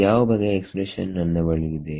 ಯಾವ ಬಗೆಯ ಎಕ್ಸ್ಪ್ರೆಷನ್ ನನ್ನ ಬಳಿ ಇದೆ